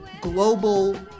global